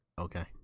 Okay